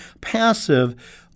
passive